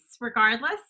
regardless